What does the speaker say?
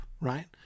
right